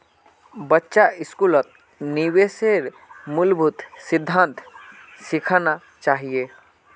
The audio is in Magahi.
बच्चा स्कूलत निवेशेर मूलभूत सिद्धांत सिखाना चाहिए